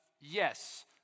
Yes